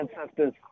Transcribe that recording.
ancestors